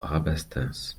rabastens